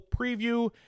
preview